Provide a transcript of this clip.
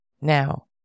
Now